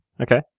Okay